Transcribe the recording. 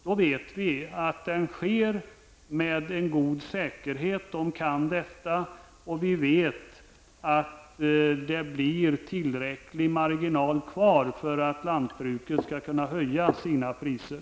Vi vet då att det kommer att genomföras med en god säkerhet. Jordbruksnämnden kan detta, och vi vet att det blir tillräcklig marginal kvar för att lantbruket skall kunna höja sina priser.